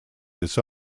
its